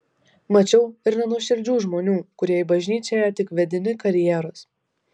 mačiau ir nenuoširdžių žmonių kurie į bažnyčią ėjo tik vedini karjeros